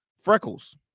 Freckles